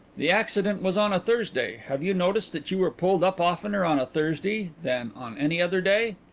the accident was on a thursday. have you noticed that you were pulled up oftener on a thursday than on any other day?